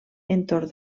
entorn